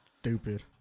stupid